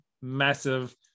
massive